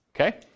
okay